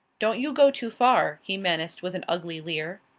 don't you go too far, he menaced with an ugly leer.